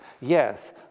Yes